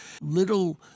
little